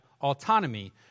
autonomy